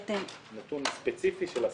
השווינו נתון ספציפי של עסקים.